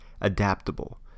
Adaptable